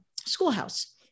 schoolhouse